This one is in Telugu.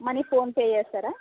మనీ ఫోన్పే చేస్తారా